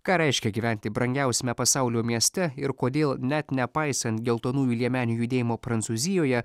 ką reiškia gyventi brangiausiame pasaulio mieste ir kodėl net nepaisant geltonųjų liemenių judėjimo prancūzijoje